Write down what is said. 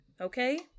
Okay